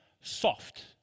soft